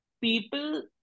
People